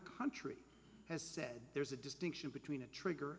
country has said there's a distinction between a trigger